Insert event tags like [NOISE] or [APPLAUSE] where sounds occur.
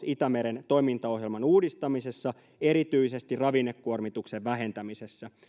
[UNINTELLIGIBLE] itämeren toimintaohjelman uudistamisessa erityisesti ravinnekuormituksen vähentämisessä